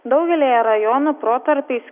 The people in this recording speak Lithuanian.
daugelyje rajonų protarpiais